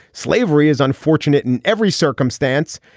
slavery is unfortunate in every circumstance.